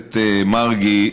הכנסת מרגי,